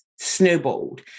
snowballed